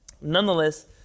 Nonetheless